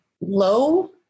low